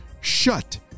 shut